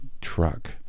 truck